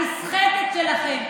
הנסחפת שלכם.